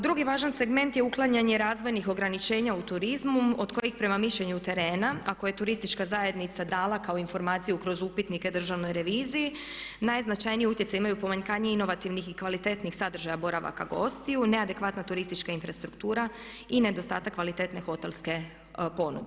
Drugi važan segment je uklanjanje razvojnih ograničenja u turizmu od kojih prema mišljenju terena ako je turistička zajednica dala kao informaciju kroz upitnike državnoj reviziji, najznačajniji utjecaj imaju pomanjkanje inovativnih i kvalitetnijih sadržaja boravaka gostiju, ne adekvatna turistička infrastruktura i nedostatak kvalitetne hotelske ponude.